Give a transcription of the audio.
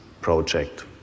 project